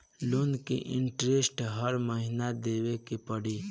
Loan के interest हर महीना देवे के पड़ी?